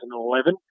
2011